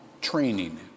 training